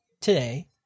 today